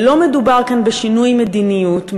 לא מדובר כאן בשינוי מדיניות,